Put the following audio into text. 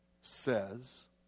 says